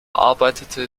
arbeitete